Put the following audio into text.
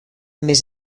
més